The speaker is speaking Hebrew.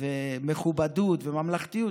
ומכובדות וממלכתיות.